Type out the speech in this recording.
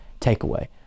takeaway